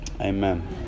Amen